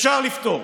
אפשר לפתור.